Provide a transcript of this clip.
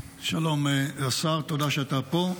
שלום לשר, תודה שאתה פה.